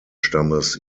stammes